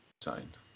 signed